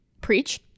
Preach